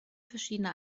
verschiedene